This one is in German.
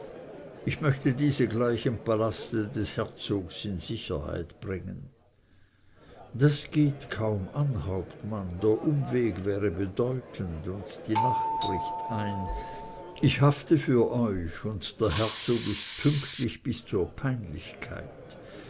ich möchte diese gleich im palaste des herzogs in sicherheit bringen das geht kaum an hauptmann der umweg wäre bedeutend und die nacht bricht ein ich hafte für euch und der herzog ist pünktlich bis zur peinlichkeit